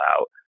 out